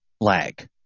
lag